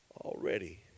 already